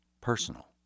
personal